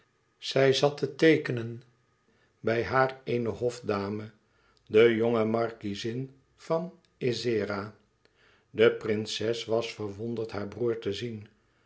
zij zat te teekenen bij haar eene hofdame de jonge markiezin van ezzera de prinses was verwonderd haar broêr te zien